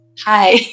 Hi